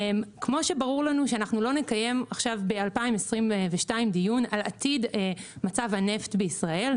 כפי שברור לנו שאנחנו לא נקיים בשנת 2022 דיון על עתיד מצב הנפט בישראל,